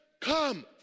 come